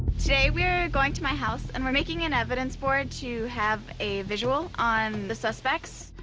today we're going to my house and we're making an evidence board to have a visual on the suspects.